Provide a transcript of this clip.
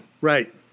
Right